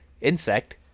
insect